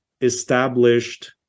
established